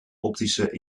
optische